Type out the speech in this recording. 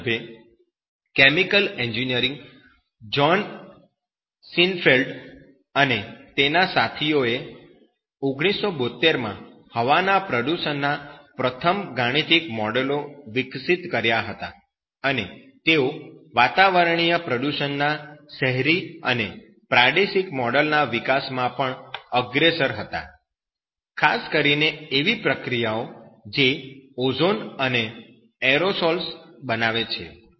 આ સંદર્ભે chemical engineering John Seinfeld અને તેના સાથીઓ એ 1972 માં હવાના પ્રદૂષણ ના પ્રથમ ગાણિતિક મોડેલો વિકસિત કર્યા હતા અને તેઓ વાતાવરણીય પ્રદૂષણના શહેરી અને પ્રાદેશિક મોડેલોના વિકાસમાં પણ અગ્રેસર હતા ખાસ કરીને એવી પ્રક્રિયાઓ જે ઓઝોન અને એરોસોલ્સ બનાવે છે